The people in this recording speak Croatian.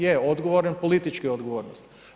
Je, odgovoran, politička odgovornost.